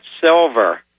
silver